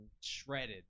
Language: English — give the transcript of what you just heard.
shredded